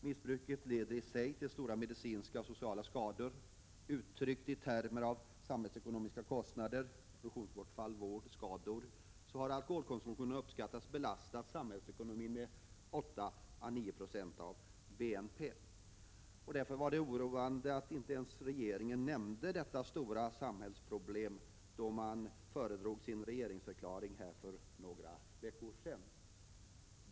Missbruket leder i sig till stora medicinska och sociala skador. Uttryckt i termer av samhällsekonomiska kostnader — produktionsbortfall, vård, skador m.m. — har alkoholkonsumtionen uppskattats belasta samhällsekonomin med 8 å 9 96 av BNP. Därför var det oroande att regeringen inte ens nämnde detta stora samhällsproblem när man föredrog sin regeringsförklaring här för några veckor sedan.